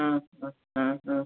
ആ ആ ആ ആ